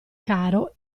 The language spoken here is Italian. caro